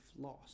loss